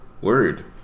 word